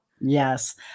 Yes